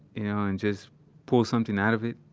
you know, and just pull something out of it,